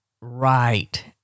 Right